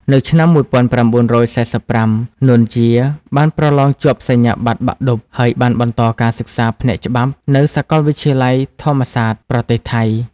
នៅឆ្នាំ១៩៤៥ នួន ជា បានប្រឡងជាប់សញ្ញាប័ត្របាក់ឌុប ហើយបានបន្តការសិក្សាផ្នែកច្បាប់ នៅសាកលវិទ្យាល័យធម្មសាត ប្រទេសថៃ។